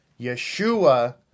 Yeshua